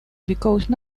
because